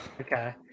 Okay